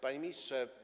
Panie Ministrze!